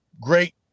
Great